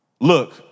look